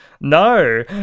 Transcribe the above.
no